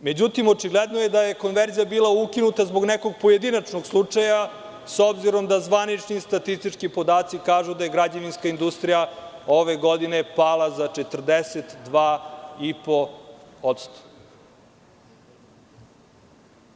Međutim, očigledno je da je konverzija bila ukinuta zbog nekog pojedinačno slučaja, s obzirom da zvanični statistički podaci kažu, da je građevinska industrija ove godine pala za 42,5%